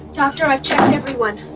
doctor, i've checked everyone.